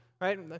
right